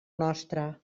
nostre